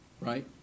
right